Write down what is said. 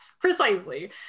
precisely